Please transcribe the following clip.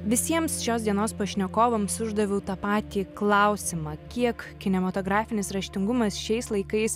visiems šios dienos pašnekovams uždaviau tą patį klausimą kiek kinematografinis raštingumas šiais laikais